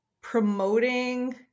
promoting